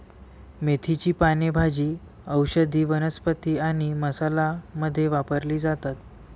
मेथीची पाने भाजी, औषधी वनस्पती आणि मसाला मध्ये वापरली जातात